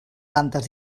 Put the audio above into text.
tantes